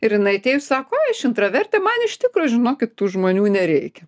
ir jinai atėjus sako ai aš intravertė man iš tikro žinokit tų žmonių nereikia